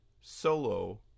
solo